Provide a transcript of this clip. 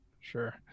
Sure